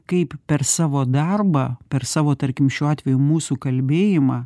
kaip per savo darbą per savo tarkim šiuo atveju mūsų kalbėjimą